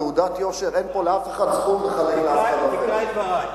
תעודת יושר אין פה זכות לאף אחד לחלק לאף אחד אחר.